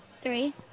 Three